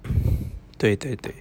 对对对